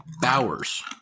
Bowers